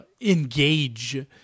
engage